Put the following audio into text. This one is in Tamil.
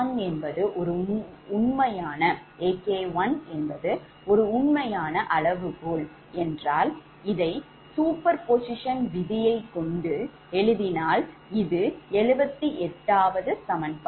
AK1 என்பது ஒரு உண்மையான அளவுகோல் என்றால் இதை superposition விதியை கொண்டு எழுதினால் இது 78வது சமன்பாடு